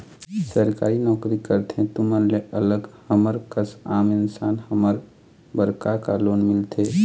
सरकारी नोकरी करथे तुमन ले अलग हमर कस आम इंसान हमन बर का का लोन मिलथे?